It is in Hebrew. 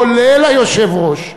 כולל היושב-ראש,